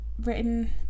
written